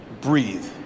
breathe